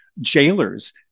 jailers